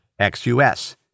XUS